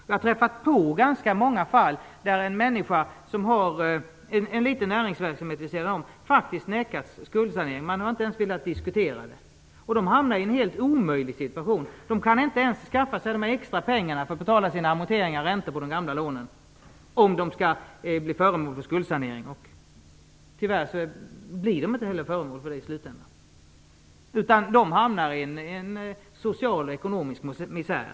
Jag har träffat på ganska många fall där en människa som har en liten näringsverksamhet vid sidan om faktiskt har nekats skuldsanering. Man har inte ens velat diskutera det. De hamnar i en helt omöjlig situation. De kan inte ens skaffa sig extra pengar för att betala sina amorteringar och räntor på de gamla lånen om de skall bli föremål för skuldsanering. Tyvärr blir de i slutänden heller inte föremål för skuldsanering. De hamnar i en social och ekonomisk misär.